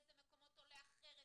באיזה מקומות עולה אחרת.